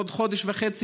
עוד חודש וחצי,